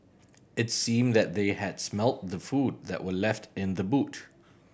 it seemed that they had smelt the food that were left in the boot